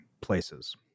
places